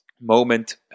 moment